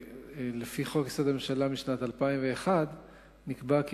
ולפי חוק-יסוד: הממשלה משנת 2001 נקבע כי